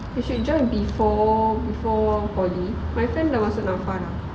you should join before before poly my friend dah masuk NAFA now